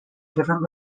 different